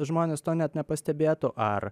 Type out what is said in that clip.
žmonės to net nepastebėtų ar